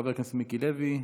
של חבר הכנסת מיקי לוי,